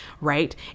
right